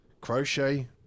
Crochet